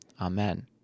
Amen